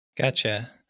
Gotcha